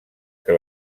que